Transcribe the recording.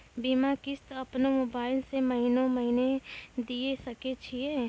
बीमा किस्त अपनो मोबाइल से महीने महीने दिए सकय छियै?